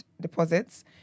deposits